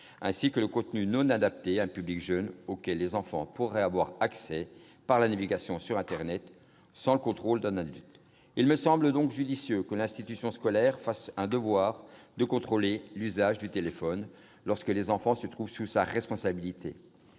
visionnage d'un contenu inadapté à un public jeune auquel les enfants pourraient avoir accès en naviguant sur internet hors du contrôle d'un adulte. Il me semble donc judicieux que l'institution scolaire se fasse un devoir de contrôler l'usage du téléphone lorsque les enfants se trouvent sous sa responsabilité.